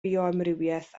bioamrywiaeth